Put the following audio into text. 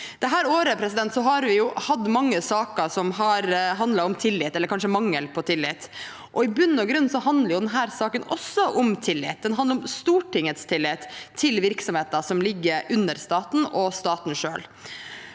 Dette året har vi hatt mange saker som har handlet om tillit, eller kanskje mangel på tillit, og i bunn og grunn handler jo denne saken også om tillit. Den handler om Stortingets tillit til virksomheter som ligger under staten, og staten selv,